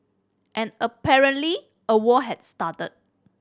and apparently a war has started